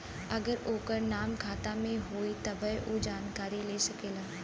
अगर ओकर नाम खाता मे होई तब्बे ऊ जानकारी ले सकेला